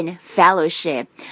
fellowship